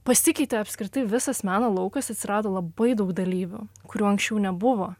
pasikeitė apskritai visas meno laukas atsirado labai daug dalyvių kurių anksčiau nebuvo